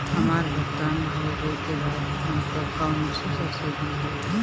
हमार भुगतान होबे के बाद हमके कौनो रसीद मिली?